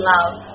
Love